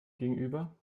gegenüber